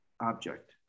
object